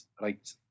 right